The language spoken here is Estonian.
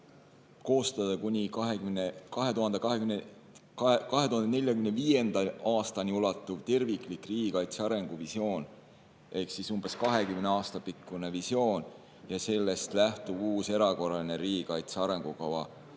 koostada kuni 2045. aastani ulatuv terviklik riigikaitse arenguvisioon ehk umbes 20 aasta pikkune visioon ja sellest lähtuv uus erakorraline riigikaitse arengukava